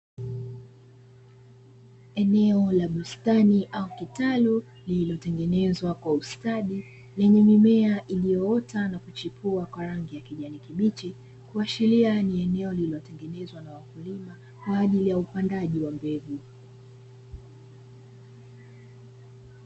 Eneo la bustani au kitalu lililotengenezwa kwa ustadi lenye mimea, iliyoota na kuchipua kwa rangi ya kijani kibichi kuashiria ni eneo lililotengenezwa na wakulima kwaajili ya upandaji wa mbegu.